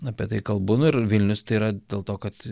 apie tai kalbu nu ir vilnius tai yra dėl to kad